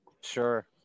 sure